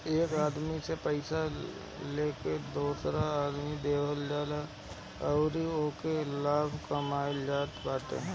एक आदमी से पइया लेके दोसरा के देवल जात ह अउरी ओसे लाभ कमाइल जात बाटे